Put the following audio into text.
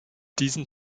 diesen